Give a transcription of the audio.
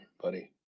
buddy